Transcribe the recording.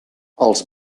els